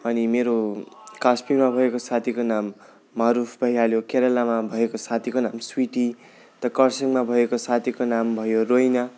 अनि मेरो कश्मिरमा भएको साथीको नाम महरिफ भइहाल्यो केरेलामा भएको साथीको नाम स्विटी त खरसाङमा भएको साथीको नाम भयो रोहिना